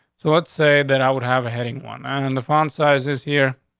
so let's say that i would have a heading one, and and the font size is here.